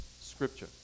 Scripture